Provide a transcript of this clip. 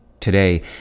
Today